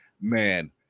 man